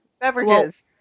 beverages